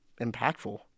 impactful